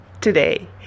today